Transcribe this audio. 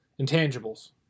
Intangibles